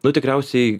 nu tikriausiai